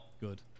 good